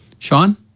Sean